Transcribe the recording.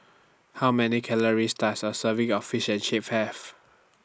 How Many Calories Does A Serving of Fish and Chips Have